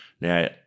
Now